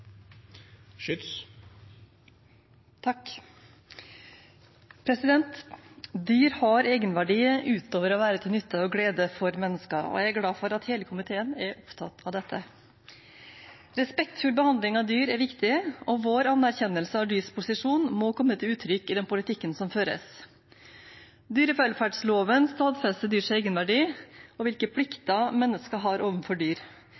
glad for at hele komiteen er opptatt av dette. Respektfull behandling av dyr er viktig, og vår anerkjennelse av dyrs posisjon må komme til uttrykk i den politikken som føres. Dyrevelferdsloven stadfester dyrs egenverdi og hvilke plikter mennesker har overfor dyr.